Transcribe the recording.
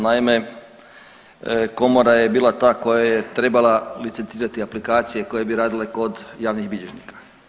Naime, komora je bila ta koja je trebala licitirati aplikacije koje bi radile kod javnih bilježnika.